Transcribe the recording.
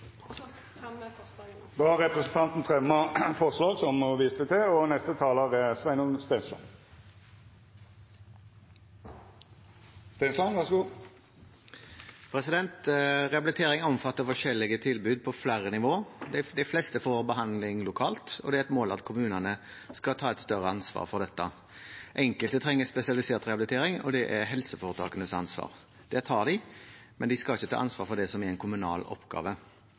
og Sosialistisk Venstreparti. Representanten har fremja det forslaget ho viste til. Rehabilitering omfatter forskjellige tilbud på flere nivå. De fleste får behandling lokalt, og det er et mål at kommunene skal ta et større ansvar for dette. Enkelte trenger spesialisert rehabilitering, og det er helseforetakenes ansvar. Det tar de, men de skal ikke ta ansvar for det som er en kommunal oppgave.